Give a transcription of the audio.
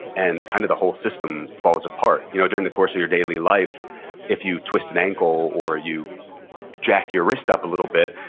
and kind of the whole system falls apart you know during the course of your daily life i you twist an ankle or you jack your wrist up a little bit,